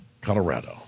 Colorado